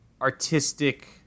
artistic